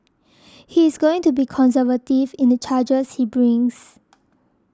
he is going to be conservative in the charges he brings